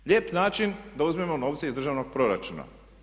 Lijep način da uzmemo novce iz državnog proračuna.